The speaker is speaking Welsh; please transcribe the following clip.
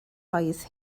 oedd